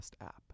app